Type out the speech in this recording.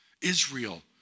Israel